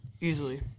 easily